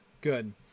good